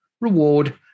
reward